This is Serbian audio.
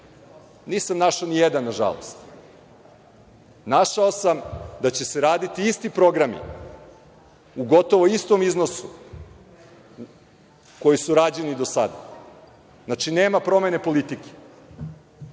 Nisam našao ni jedan, nažalost. Našao sam da će se raditi isti programi u gotovo istom iznosu koji su rađeni i do sada. Znači, nema promene politike.